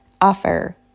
offer